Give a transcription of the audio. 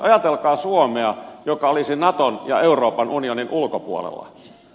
ajatelkaa suomea joka olisi naton ja euroopan unionin ulkopuolella